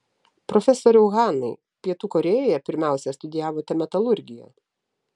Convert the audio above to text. profesoriau hanai pietų korėjoje pirmiausia studijavote metalurgiją